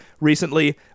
recently